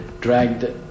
dragged